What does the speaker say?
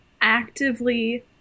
actively